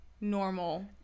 normal